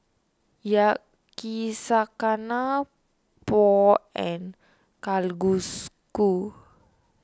Yakizakana Pho and Kalguksu